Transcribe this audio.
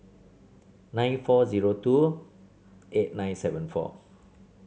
nine four zero two eight nine seven four